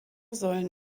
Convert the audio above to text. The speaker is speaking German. sollen